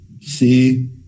See